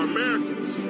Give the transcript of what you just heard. Americans